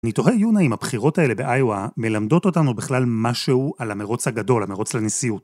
ניתוחה יונה אם הבחירות האלה באיוה מלמדות אותנו בכלל משהו על המרוץ הגדול, המרוץ לנסיות.